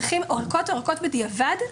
או הארכות בדיעבד,